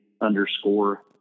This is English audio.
underscore